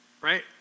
right